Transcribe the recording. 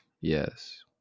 Yes